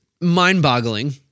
mind-boggling